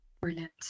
Brilliant